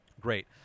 Great